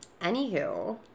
Anywho